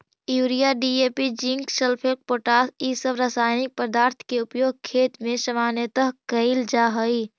urea, DAP, zinc sulphate, potash इ सब रसायनिक पदार्थ के उपयोग खेत में सामान्यतः कईल जा हई